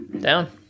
down